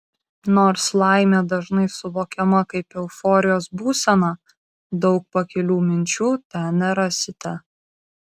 nors laimė dažnai suvokiama kaip euforijos būsena daug pakilių minčių ten nerasite